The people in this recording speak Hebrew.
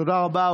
תודה רבה.